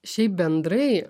šiaip bendrai